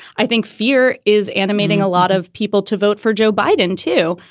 i think fear is animating a lot of people to vote for joe biden, too.